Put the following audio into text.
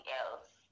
else